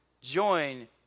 join